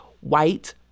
white